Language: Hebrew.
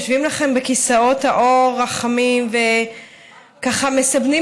יושבים לכם בכיסאות העור החמים וככה מסבנים